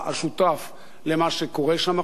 שותף למה שקורה שם עכשיו.